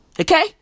Okay